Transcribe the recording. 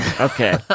Okay